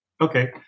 okay